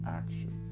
action